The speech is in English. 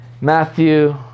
Matthew